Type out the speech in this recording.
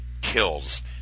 kills